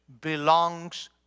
belongs